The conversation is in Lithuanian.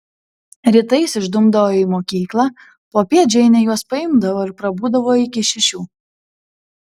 rytais išdumdavo į mokyklą popiet džeinė juos paimdavo ir prabūdavo iki šešių